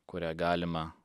kurią galima